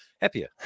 happier